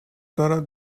دارد